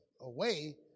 away